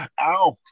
Ow